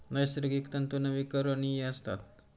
नैसर्गिक तंतू नवीकरणीय असतात